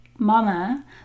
mama